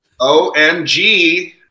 OMG